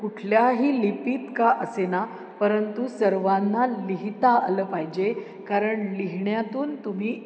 कुठल्याही लिपीत का असेना परंतु सर्वांना लिहिता आलं पाहिजे कारण लिहिण्यातून तुम्ही